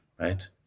right